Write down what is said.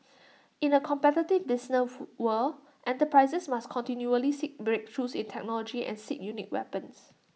in A competitive business world enterprises must continually seek breakthroughs in technology and seek unique weapons